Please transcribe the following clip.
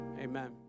amen